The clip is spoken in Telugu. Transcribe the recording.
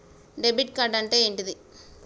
డెబిట్ కార్డ్ అంటే ఏంటిది?